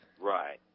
Right